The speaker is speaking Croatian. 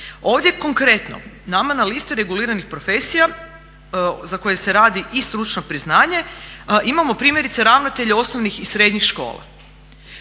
Ovdje konkretno nama na listi reguliranih profesija za koje se radi i stručno priznanje imamo primjerice ravnatelje osnovnih i srednjih škola.